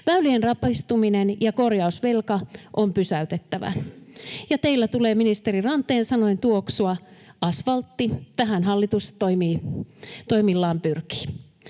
Väylien rapistuminen ja korjausvelka on pysäytettävä, ja teillä tulee ministeri Ranteen sanoin tuoksua asvaltti. Tähän hallitus toimillaan pyrkii.